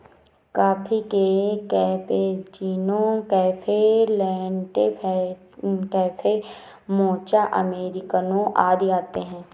coffee में cappuccino, cafe latte, cafe mocha, अमेरिकनों आदि आते है